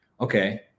okay